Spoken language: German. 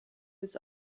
bis